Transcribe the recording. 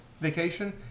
vacation